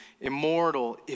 immortal